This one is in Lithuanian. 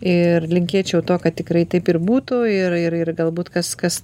ir linkėčiau to kad tikrai taip ir būtų ir ir ir galbūt kas kas